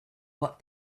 what